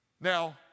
Now